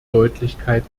deutlichkeit